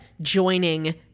joining